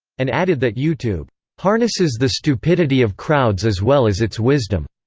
and added that youtube harnesses the stupidity of crowds as well as its wisdom.